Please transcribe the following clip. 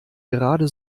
gerade